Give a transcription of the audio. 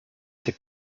ses